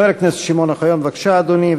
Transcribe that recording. חבר הכנסת שמעון אוחיון, בבקשה, אדוני.